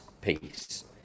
peace